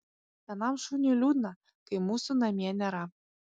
vienam šuniui liūdna kai mūsų namie nėra